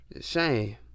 shame